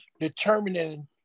determining